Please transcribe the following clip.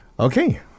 Okay